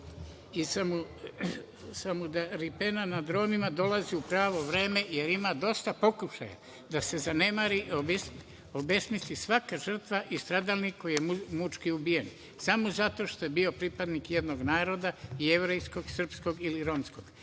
Jevrejima i …. nad Romima, dolazi u pravo vreme jer ima dosta pokušaja da se zanemari i obesmisli svaka žrtva i svaki stradalnik koji je mučki ubijen, samo zato što je bio pripadnik jednog naroda, jevrejskog, srpskog ili romskog. Nacisti